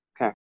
Okay